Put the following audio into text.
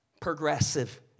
Progressive